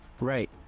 Right